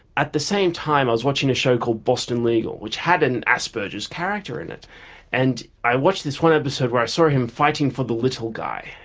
at the same time i was watching a show called boston legal which had an asperger's character in it and i watched this one episode where i saw him fighting for the little guy,